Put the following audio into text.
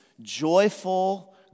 joyful